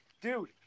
dude